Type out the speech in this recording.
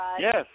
Yes